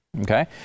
Okay